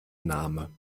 name